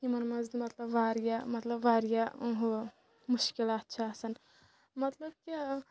یِمَن منٛز مطلب واریاہ مطلب واریاہ ہُہ مُشکلات چھِ آسان مطلب کہ